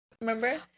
remember